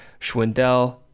Schwindel